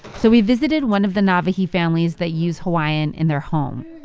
so we visited one of the nawahi families that use hawaiian in their home.